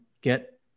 get